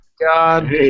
God